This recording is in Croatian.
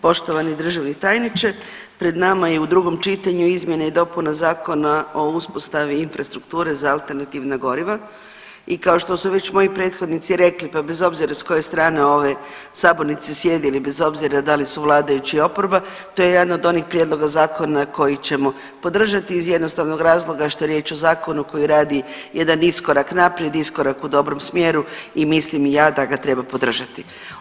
Poštovani državni tajniče pred nama je u drugom čitanju izmjena i dopuna Zakona o uspostavi infrastrukture za alternativna goriva i kao što su već moji prethodnici rekli pa bez obzira s koje strane ove sabornice sjedili, bez obzira da li su vladajući i oporba to je jedan od onih prijedloga zakona koji ćemo podržati iz jednostavnog razloga što je riječ o zakonu koji radi jedan iskorak naprijed, iskorak u dobrom smjeru i mislim i ja da ga treba podržati.